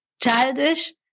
childish